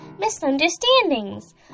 misunderstandings